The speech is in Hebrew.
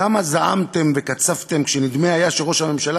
כמה זעמתם וקצפתם כשנדמה היה שראש הממשלה